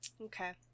Okay